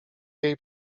jej